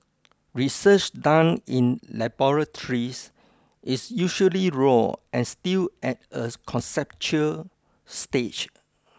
research done in laboratories is usually raw and still at a conceptual stage